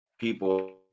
people